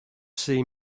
see